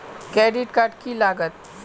Credit card की लागत?